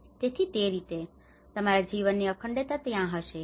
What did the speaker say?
તેથી તે રીતે તમારા જીવનની અખંડતા ત્યાં હશે